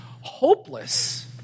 hopeless